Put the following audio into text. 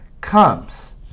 Comes